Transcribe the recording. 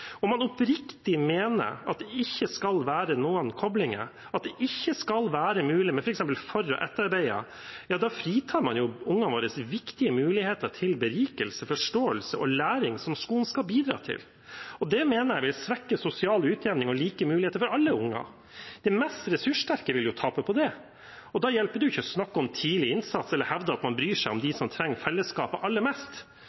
Om man oppriktig mener at det ikke skal være noen koblinger, at det f.eks. ikke skal være mulig med f.eks. for- og etterarbeid, fratar man jo ungene våre viktige muligheter til berikelse, forståelse og læring som skolen skal bidra til. Det mener jeg svekker sosial utjevning og like muligheter for alle barn. De minst ressurssterke vil jo tape på det. Da hjelper det ikke å snakke om tidlig innsats eller hevde at man bryr seg om